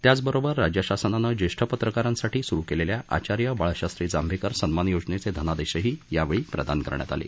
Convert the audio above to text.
त्याचबरोबर राज्यशासनानं ज्येष्ठ पत्रकारांसाठी स्रु केलेल्या आचार्य बाळशास्त्री जांभेकर सन्मान योजनेचे धनादेशही यावेळी प्रदान करण्यात आले